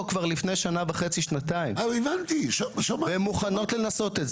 כבר לפני שנה וחצי-שנתיים והן מוכנות לנסות את זה,